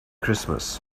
christmas